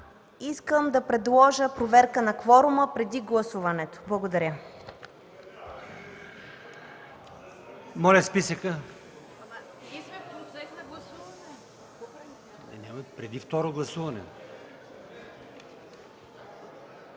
искам да предложа проверка на кворума преди гласуването. Благодаря.